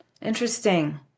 Interesting